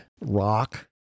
rock